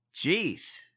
Jeez